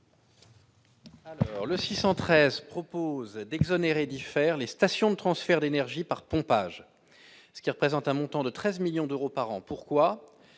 Le 613 propose d'exonérer diffère les stations de transfert d'énergie par pompage, ce qui représente un montant de 13 millions d'euros par an, pourquoi